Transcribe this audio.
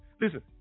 Listen